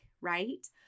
right